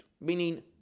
meaning